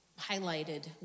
highlighted